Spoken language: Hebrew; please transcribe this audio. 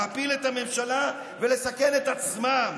להפיל את הממשלה ולסכן את עצמם,